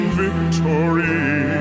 victory